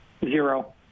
Zero